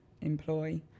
employ